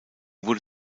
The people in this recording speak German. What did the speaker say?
wurde